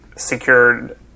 secured